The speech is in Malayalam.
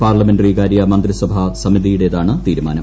പാർലമെന്ററികാര്യ മന്ത്രിസഭ സമിതിയുടെയാണ് തീരുമാനം